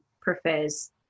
prefers